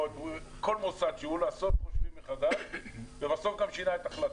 כל מוסד שהוא לעשות חושבים מחדש ובסוף גם שינה את החלטתו.